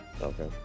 Okay